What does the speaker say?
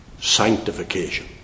sanctification